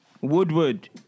Woodward